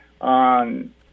on